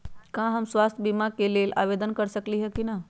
का हम स्वास्थ्य बीमा के लेल आवेदन कर सकली ह की न?